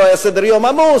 לא היה סדר-יום עמוס,